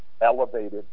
elevated